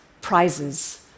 prizes